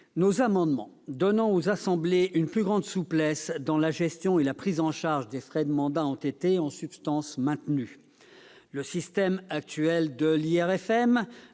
nos amendements visant à donner aux assemblées une plus grande souplesse dans la gestion et la prise en charge des frais de mandat ont été, en substance, maintenus. Le système actuel de l'IRFM